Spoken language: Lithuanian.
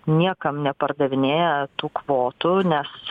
niekam nepardavinėja tų kvotų nes